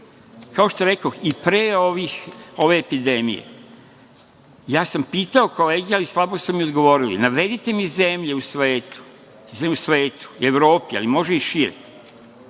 što rekoh, i pre ove epidemije, ja sam pitao kolege, ali slabo su mi odgovorili. Navedite mi zemlje u svetu, ne u svetu, Evropi, ali može i šire,